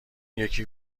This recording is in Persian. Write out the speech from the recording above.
یکی